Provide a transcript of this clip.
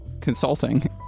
Consulting